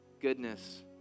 goodness